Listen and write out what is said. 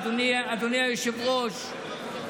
אדוני היושב-ראש,